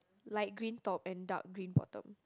like green top and dark green bottom